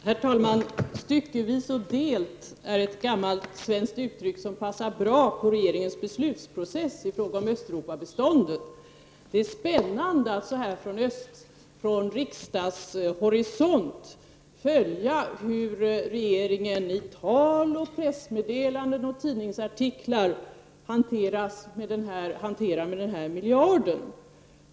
Herr talman! Styckevis och delt är ett gammalt svenskt uttryck som passar bra på regeringens beslutsprocess i fråga om Östeuropabiståndet. Det är spännande att så här från riksdagshorisont följa hur regeringen i tal, pressmeddelanden och tidningsartiklar hanterar den här miljarden.